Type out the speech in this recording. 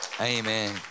amen